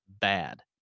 bad